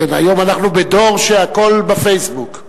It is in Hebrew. כן, היום אנחנו בדור שהכול ב"פייסבוק".